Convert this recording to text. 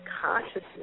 consciousness